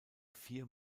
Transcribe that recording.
vier